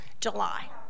July